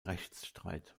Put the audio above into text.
rechtsstreit